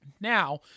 Now